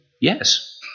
yes